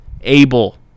Abel